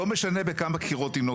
השאלה של כמה,